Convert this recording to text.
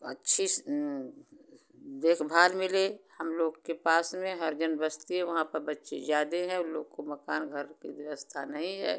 अच्छी देखभाल मिले हम लोग के पास में हरिजन बस्ती है वहाँ पर बच्चे ज़्यादा हैं उन लोग को मकान घर की व्यवस्था नहीं है